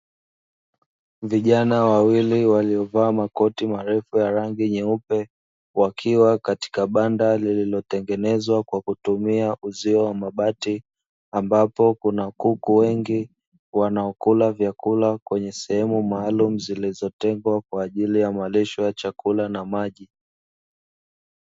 Vijana wawili waliovaa makoti marefu ya rangi nyeupe, wakiwa katika banda lililotengenezwa kwa kutumia uzio wa mabati, ambapo kuna kuku wengi wanaokula vyakula kwenye sehemu maalumu, zilizotengwa kwa ajili ya malisho ya chakula na maji.